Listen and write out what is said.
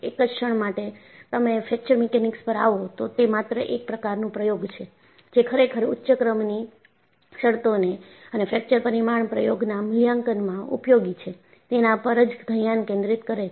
એક જ ક્ષણ માટે તમે ફ્રેક્ચર મીકેનીક્સ પર આવો તો તે માત્ર એક પ્રકારનું પ્રયોગ છે જે ખરેખર ઉચ્ચ ક્રમની શરતોને અને ફ્રેક્ચર પરિમાણ પ્રયોગના મૂલ્યાંકનમાં ઉપયોગિ છે તેના પર જ ધ્યાન કેન્દ્રિત કરે છે